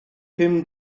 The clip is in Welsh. pum